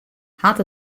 hat